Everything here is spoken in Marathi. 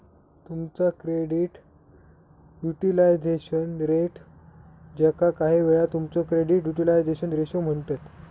तुमचा क्रेडिट युटिलायझेशन रेट, ज्याका काहीवेळा तुमचो क्रेडिट युटिलायझेशन रेशो म्हणतत